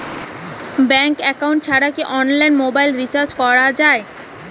Bank account ছাড়া কি অনলাইনে মোবাইল রিচার্জ করা যায়?